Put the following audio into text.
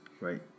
right